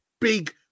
big